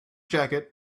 jacket